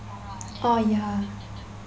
orh ya